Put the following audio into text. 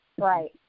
Right